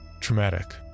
traumatic